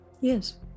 Yes